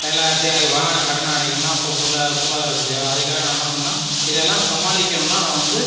எல்லார்ட்டயும் வாங்கின கடனை அடைக்கணும்னா அப்போ பொருளாதார வசதி தேவை அதுக்காக நான் என்ன பண்ணேனா இதெல்லாம் சமாளிக்கணும்னா நான் வந்து